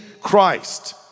Christ